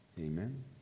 Amen